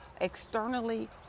externally